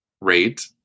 rate